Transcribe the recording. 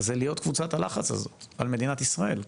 זה להיות קבוצת הלחץ הזאת על מדינת ישראל,